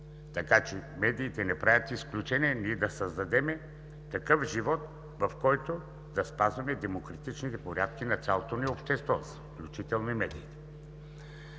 така че медиите не правят изключение. Ние да създадем такъв живот, в който да спазваме демократичните порядки на цялото ни общество, включително и медиите.